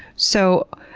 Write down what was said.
so,